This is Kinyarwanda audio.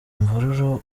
mvururu